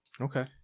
Okay